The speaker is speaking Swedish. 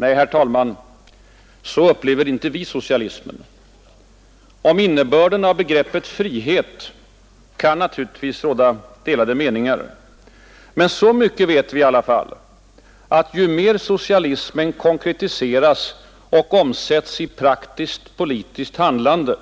Nej, herr talman, så upplever inte vi socialismen. Om innebörden av begreppet frihet kan naturligtvis råda delade meningar. Men så mycket vet vi i varje fall, att ju mer socialismen konkretiseras och omsättes i praktiskt politiskt handlande,